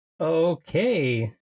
Okay